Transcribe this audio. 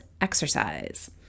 exercise